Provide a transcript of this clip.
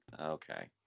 okay